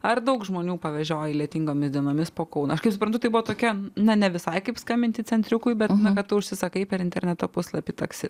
ar daug žmonių pavežioji lietingomis dienomis po kauną kaip suprantu tai buvo tokia na ne visai kaip skambinti centriukui bet tai tu užsisakai per interneto puslapį taksi